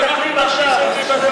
מטפלים עכשיו,